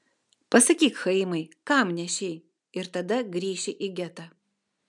pasakyk chaimai kam nešei ir tada grįši į getą